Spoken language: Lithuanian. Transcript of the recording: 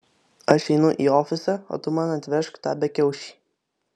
aš einu į ofisą o tu man atvežk tą bekiaušį